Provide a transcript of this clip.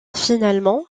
finalement